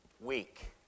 week